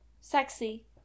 sexy